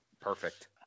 Perfect